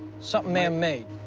something man-made.